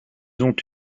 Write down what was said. ont